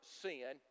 sin